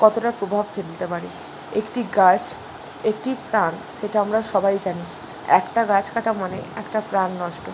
কতটা প্রভাব ফেলতে পারে একটি গাছ একটি প্রাণ সেটা আমরা সবাই জানি একটা গাছ কাটা মানে একটা প্রাণ নষ্ট